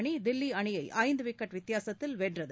அணி தில்லி அணியை ஐந்து விக்கெட் வித்தியாசத்தில் வென்றது